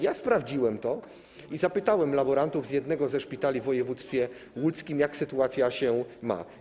Ja to sprawdziłem i zapytałem laborantów z jednego ze szpitali w województwie łódzkim, jak sytuacja się ma.